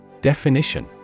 Definition